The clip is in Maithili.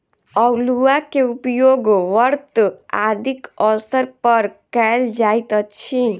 अउलुआ के उपयोग व्रत आदिक अवसर पर कयल जाइत अछि